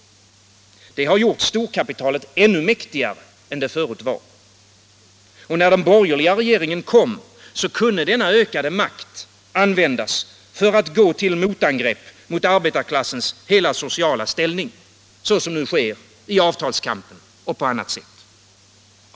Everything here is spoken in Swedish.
Det har gjort storkapitalet ännu mäktigare än det förut var. Och när den borgerliga regeringen kom, kunde denna ökade makt användas för att gå till motangrepp mot arbetarklassens hela sociala ställning, såsom nu sker i avtalskampen och på annat sätt.